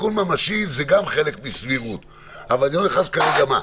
סיכון ממשי זה גם חלק מסבירות אבל אני לא נכנס כרגע מה.